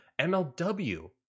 MLW